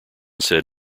said